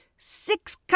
six